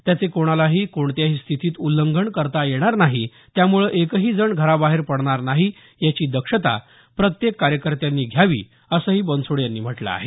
त्याचे कोणालाही कोणत्याही स्थतीत उल्लंघन करता येणार नाही त्यामुळे एकहीजण घराबाहेर पडणार नाही याची दक्षता प्रत्येक कार्यकर्त्यांनी घ्यावी असंही बनसोडे यांनी म्हटलं आहे